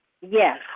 Yes